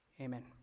Amen